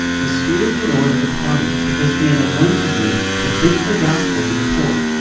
the spirit of the lord is upon me, because he has anointed me to preach the gospel to the poor.